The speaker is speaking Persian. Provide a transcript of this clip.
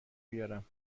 بیارم